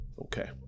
okay